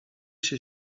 się